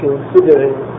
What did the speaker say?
considering